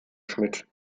schmidt